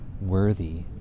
worthy